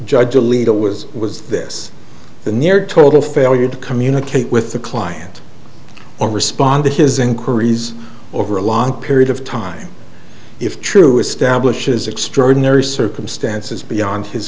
judge alito was was this the near total failure to communicate with the client or respond to his inquiries over a long period of time if true establishes extraordinary circumstances beyond his